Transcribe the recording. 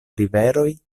riveroj